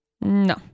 No